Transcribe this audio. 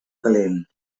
calent